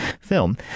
film